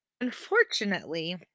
Unfortunately